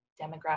demographic